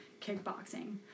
kickboxing